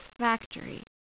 Factory